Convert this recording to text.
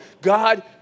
God